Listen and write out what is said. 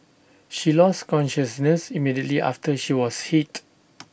she lose consciousness immediately after she was hit